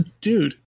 Dude